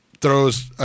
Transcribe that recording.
throws